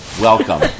welcome